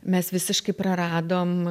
mes visiškai praradom